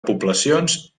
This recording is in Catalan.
poblacions